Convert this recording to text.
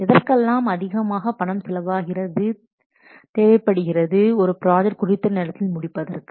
எதற்கெல்லாம் அதிகமான பணம் செலவாகிறது தேவைப்படுகிறது ஒரு ப்ராஜெக்ட் குறித்த நேரத்தில் முடிப்பதற்கு